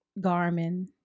Garmin